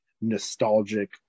nostalgic